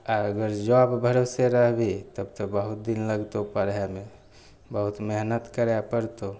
आओर अगर जॉब भरोसे रहबिहि तब तऽ बहुत दिन लगतौ बढ़यमे बहुत मेहनत करय पड़तौ